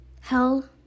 hell